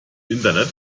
internet